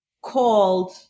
called